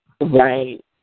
Right